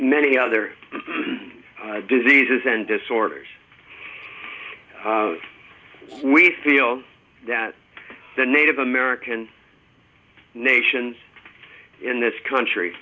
many other diseases and disorders we feel that the native american nations in this country